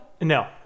No